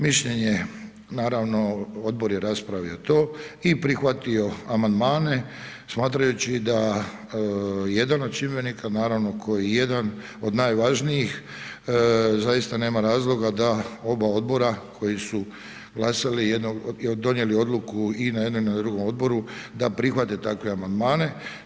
Mišljenje naravno odbor je raspravio to i prihvatio amandmane smatrajući da jedan od čimbenika koji je jedan od najvažnijih zaista nema razloga da oba odbora koji su donijeli odluku i na jednom i drugom odboru da prihvate takve amandmane.